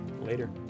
Later